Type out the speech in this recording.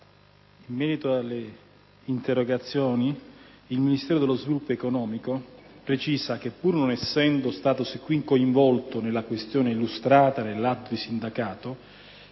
in merito alle interrogazioni, il Ministero dello sviluppo economico precisa che, pur non essendo stato qui coinvolto nella questione illustrata dall'atto di sindacato,